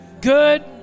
good